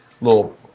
little